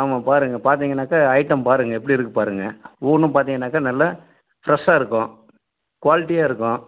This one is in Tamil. ஆமாம் பாருங்கள் பார்த்திங்கனாக்கா ஐட்டம் பாருங்கள் எப்படி இருக்குது பாருங்கள் ஒவ்வொன்றும் பார்த்திங்கனாக்கா நல்லா ஃப்ரெஷ்ஷாயிருக்கும் குவாலிட்டியாயிருக்கும்